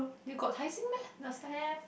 you got Tai-Seng meh last time